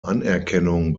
anerkennung